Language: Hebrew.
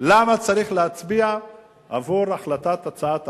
למה צריך להצביע עבור הצעת החוק,